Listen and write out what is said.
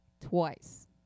Twice